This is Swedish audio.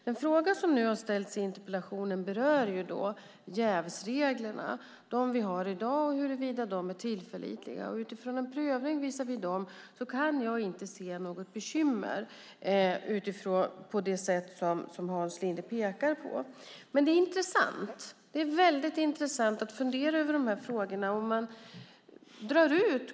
Den fråga som har ställts i interpellationen berör de jävsregler vi har i dag och om de är tillförlitliga. Utifrån en prövning mot dem kan jag inte se något bekymmer på det sätt som Hans Linde gör. Det är dock intressant att fundera över dessa frågor.